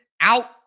out